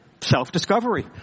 Self-discovery